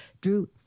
drew